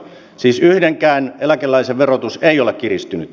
siis yhdenkään eläkeläisen verotus ei ole kiristynyt